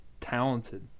talented